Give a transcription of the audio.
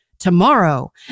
tomorrow